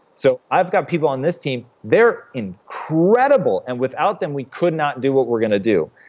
so i've got people on this team, they're incredible, and without them, we could not do what we're gonna do,